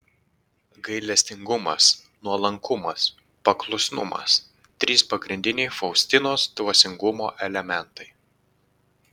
gailestingumas nuolankumas paklusnumas trys pagrindiniai faustinos dvasingumo elementai